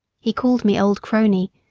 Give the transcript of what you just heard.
he called me old crony,